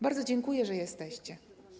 Bardzo dziękuję, że jesteście.